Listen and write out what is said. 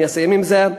אני אסיים בזה,